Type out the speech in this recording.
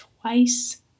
twice